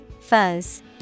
Fuzz